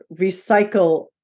recycle